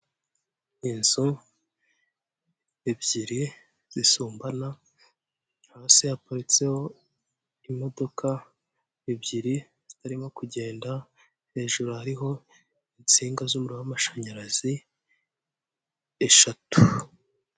Inzu ebyiri zisumbana munsi haparitseho imodoka ebyiri zitarimo kugenda, hejuru hariho insinga z'umuriro w'amashanyarazi eshatu.